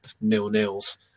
nil-nils